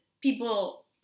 people